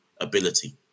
ability